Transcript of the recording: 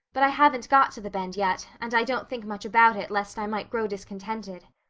but i haven't got to the bend yet and i don't think much about it lest i might grow discontented.